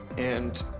and,